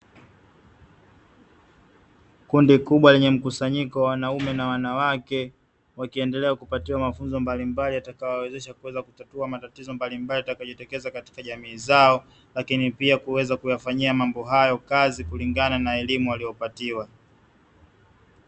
Kundi kubwa lenye mkusanyiko wa wanaume na wanawake, wakiendelea kupatiwa mafunzo mbalimbali yatakayowawezesha kuweza kutatua matatizo mbalimbali yatakayojitokeza katika jamii zao, lakini pia kuweza kuyafanyia mambo hayo kazi kulingana na elimu waliyopatiwa.